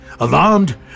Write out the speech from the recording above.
Alarmed